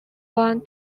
one